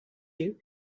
you